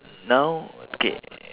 now okay